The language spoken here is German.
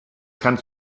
kannst